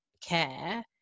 care